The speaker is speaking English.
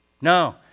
No